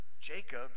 jacob